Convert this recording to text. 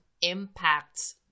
impacts